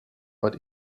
but